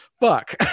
Fuck